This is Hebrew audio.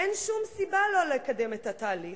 אין שום סיבה לא לקדם את התהליך.